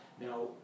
now